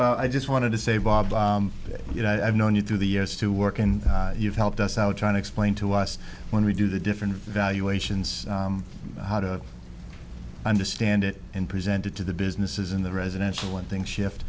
but i just wanted to say bob you know i've known you through the years to work and you've helped us out trying to explain to us when we do the different valuations how to understand it and presented to the businesses in the residential and think shift